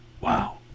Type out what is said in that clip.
Wow